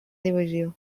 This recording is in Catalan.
divisió